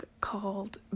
called